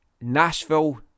Nashville